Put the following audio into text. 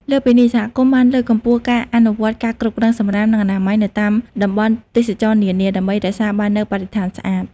លើសពីនេះ សហគមន៍បានលើកកម្ពស់ការអនុវត្តការគ្រប់គ្រងសំរាម និងអនាម័យនៅតាមតំបន់ទេសចរណ៍នានា ដើម្បីរក្សាបាននូវបរិស្ថានស្អាត។